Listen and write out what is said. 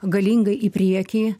galingai į priekį